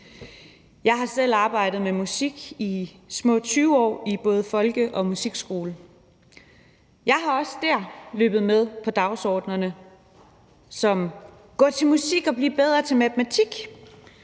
Jeg har selv arbejdet med musik i små 20 år i både folke- og musikskole. Jeg har også dér løbet med på dagsordener som: »Gå til musik, og bliv bedre til matematik«,